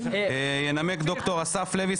ינמק ד"ר אסף לוי,